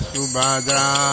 Subhadra